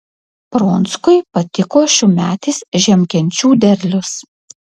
pronckui patiko šiųmetis žiemkenčių derlius